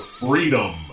freedom